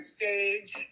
stage